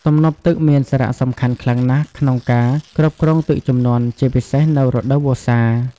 ទំនប់ទឹកមានសារៈសំខាន់ខ្លាំងណាស់ក្នុងការគ្រប់គ្រងទឹកជំនន់ ជាពិសេសនៅរដូវវស្សា។